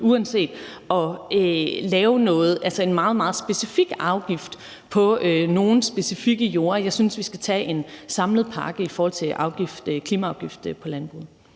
lave en meget, meget specifik afgift på nogle specifikke jorder. Jeg synes, vi skal have en samlet pakke i forhold til en klimaafgift på landbruget.